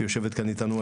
והיא יושבת כאן אתנו.